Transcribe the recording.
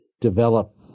develop